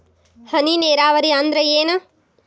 ಹನಿ ನೇರಾವರಿ ಅಂದ್ರ ಏನ್?